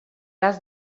has